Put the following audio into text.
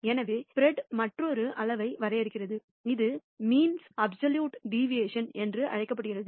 எனவே பரவலின் மற்றொரு அளவை வரையறுக்கிறோம் இது மீன் அப்சல்யூட் டிவியேஷன் என்று அழைக்கப்படுகிறது